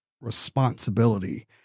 responsibility